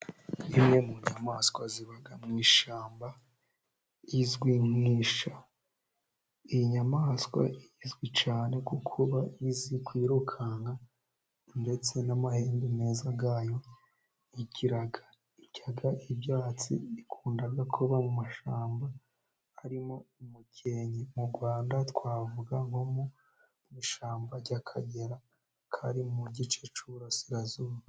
Imwe mu nyamaswa ziba mu ishyamba izwi nk'isha. Iyi nyamaswa izwi cyane kuba izi kwirukanka ndetse n'amahembe meza ya yo igira. Irya ibyatsi, ikunda kuba mu mashyamba arimo umukenke mu Rwanda, twavuga nko mu ishyamba ry'akagera kari mu gice cy'Uburasirazuba.